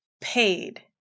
paid